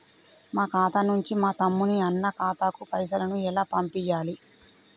మా ఖాతా నుంచి మా తమ్ముని, అన్న ఖాతాకు పైసలను ఎలా పంపియ్యాలి?